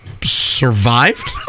survived